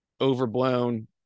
overblown